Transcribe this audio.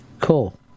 Cool